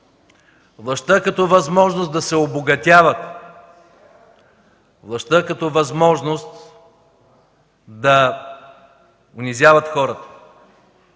властта като възможност да се обогатяват, властта като възможност да унизяват хората.